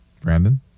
Brandon